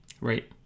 Right